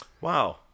wow